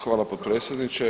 Hvala potpredsjedniče.